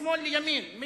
משמאל לימין,